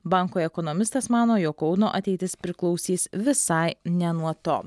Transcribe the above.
banko ekonomistas mano jog kauno ateitis priklausys visai ne nuo to